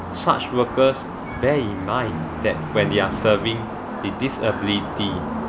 such workers bear in mind that when they are serving the disability